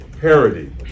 Parody